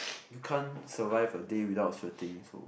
you can't survive a day without sweating so